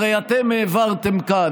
הרי אתם העברתם כאן,